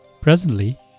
Presently